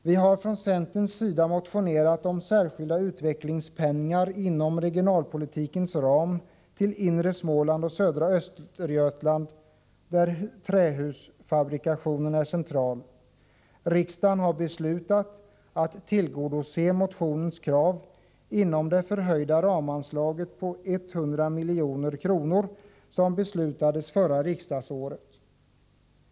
Vi har från centerns sida motionerat om särskilda utvecklingspengar inom regionalpolitikens ram till inre Småland och södra Östergötland, där trähusfabrikationen är central. Riksdagen har beslutat att tillgodose motionens krav inom det förhöjda ramanslaget på 100 milj.kr., som beslutades under förra riksdagsåret.